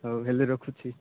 ହଉ ହେଲେ ରଖୁଛି